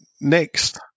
next